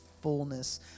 fullness